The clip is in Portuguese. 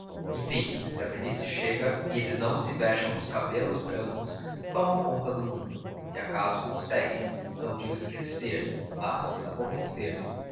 enfim se a velhice chega e eles não se vexam dos cabelos brancos tomam conta do mundo e acaso conseguem não digo esquecer mas aborrecer